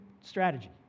strategy